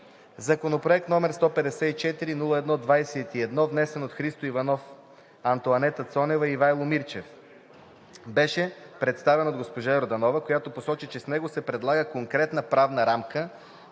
Законопроект, № 154-01-21, внесен от Христо Иванов, Антоанета Цонева и Ивайло Мирчев, беше представен от госпожа Йорданова, която посочи, че с него се предлага конкретна правна рамка